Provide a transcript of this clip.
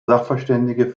sachverständige